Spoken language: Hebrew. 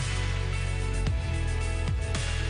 הדעות ולדרוש מהם לנסות ולייצר פתרונות.